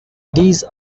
these